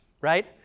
right